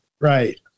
right